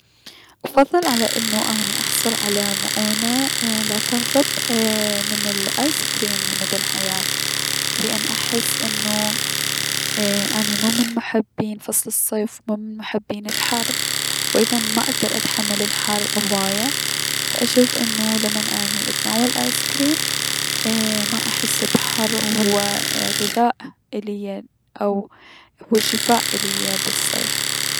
افضل على انو اني احصل على اي- مؤونة لا تنصب ايي- من الأيس كريم لمدة الحياة لأن احس انو اني مومن محبي فصل الصيف مو من محبي الحر و ايضا ما اكدر اتحمل الحر هواية، فأشوف انو لمن لني اتناول ايس كريم ايي- ما احس بحر و هو غذاء اليا او هو شفاء اليا بالصيف.